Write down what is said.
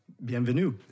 Bienvenue